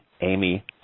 Amy